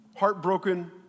Heartbroken